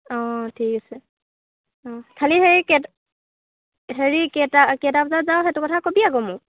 অঁ ঠিক আছে অঁ খালি সেই কে হেৰি কেইটা কেইটা বজাত যাৱ সেইটো কথা ক'বি আকৌ মোক